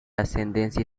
ascendencia